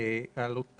לגבי